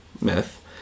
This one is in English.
myth